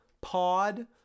Pod